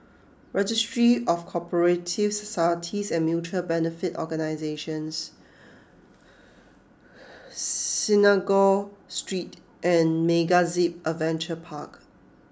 Registry of Co operative Societies and Mutual Benefit Organisations Synagogue Street and MegaZip Adventure Park